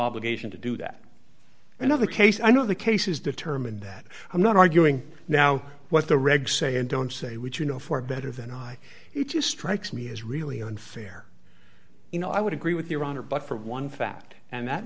obligation to do that another case i know the case is determined that i'm not arguing now what the regs say and don't say which you know for better than i it just strikes me as really unfair you know i would agree with your honor but for one fact and that